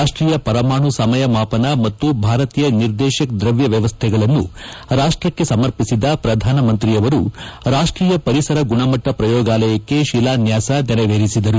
ರಾಷ್ಟೀಯ ಪರಮಾಣು ಸಮಯ ಮಾಪನ ಮತ್ತು ಭಾರತೀಯ ನಿರ್ದೇಶಕ್ ದ್ರವ್ಯ ವ್ಯವಸ್ದೆಗಳನ್ನು ರಾಷ್ಟ್ರಕ್ಕೆ ಸಮರ್ಪಿಸಿದ ಪ್ರಧಾನಮಂತ್ರಿ ಅವರು ರಾಷ್ಟ್ರೀಯ ಪರಿಸರ ಗುಣಮಟ್ಟ ಪ್ರಯೋಗಾಲಯಕ್ಕೆ ಶಿಲಾನ್ಯಾಸ ನೆರವೇರಿಸಿದರು